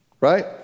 right